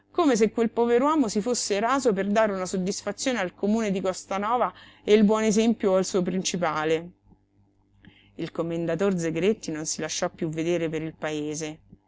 come se quel pover'uomo si fosse raso per dare una soddisfazione al comune di costanova e il buon esempio al suo principale il commendator zegretti non si lasciò piú vedere per il paese